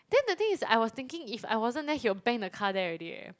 then the thing is I was thinking if I wasn't there he will bang the car there already eh